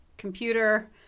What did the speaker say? computer